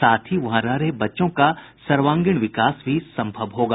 साथ ही वहां रह रहे बच्चों का सर्वांगीण विकास भी सम्भव होगा